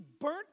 burnt